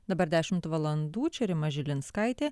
dabar dešimt valandų čia rima žilinskaitė